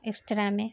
extra میں